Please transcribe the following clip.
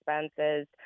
expenses